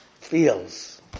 Feels